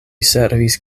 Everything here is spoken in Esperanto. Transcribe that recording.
servis